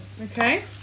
Okay